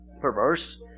Perverse